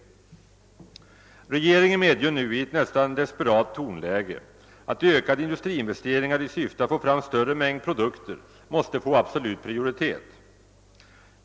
Regeringen medger nu i ett nästan desperat tonläge, att ökade industriinvesteringar i syfte att få fram större mängd produkter måste få absolut prioritet.